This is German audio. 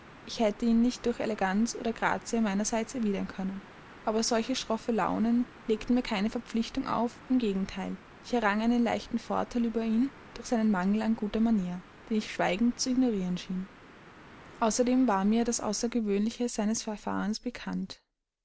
ich hätte ihn nicht durch eleganz oder grazie meinerseits erwidern können aber solche schroffe launen legten mir keine verpflichtung auf im gegenteil ich errang einen leichten vorteil über ihn durch seinen mangel an guter manier den ich schweigend zu ignorieren schien außerdem war mir das außergewöhnliche seines verfahrens pikant